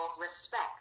respect